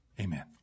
Amen